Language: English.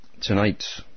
Tonight